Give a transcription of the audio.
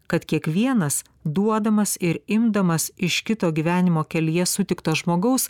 kad kiekvienas duodamas ir imdamas iš kito gyvenimo kelyje sutikto žmogaus